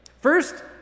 First